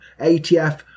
ATF